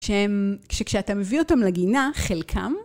כשאתה מביא אותם לגינה, חלקם.